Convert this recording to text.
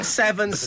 seven